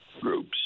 groups